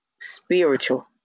spiritual